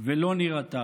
ולא נירתע.